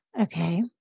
Okay